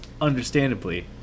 understandably